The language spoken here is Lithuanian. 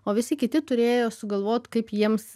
o visi kiti turėjo sugalvot kaip jiems